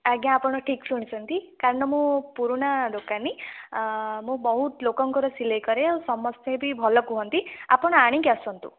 ଆଜ୍ଞା ଆପଣ ଠିକ ଶୁଣିଛନ୍ତି କାହିଁକି ନା ମୁଁ ପୁରୁଣା ଦୋକାନୀ ମୁଁ ବହୁତ ଲୋକଙ୍କର ସିଲେଇ କରେ ସମସ୍ତେ ବି ଭଲ କୁହନ୍ତି ଆପଣ ଆଣିକି ଆସନ୍ତୁ